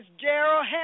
Gerald